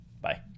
Bye